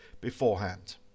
beforehand